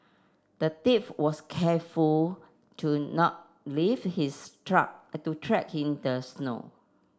the thief was careful to not leave his truck to track in the snow